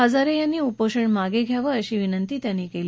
हजारे यांनी उपोषण मागे घ्यावं अशी विनंती त्यांनी केली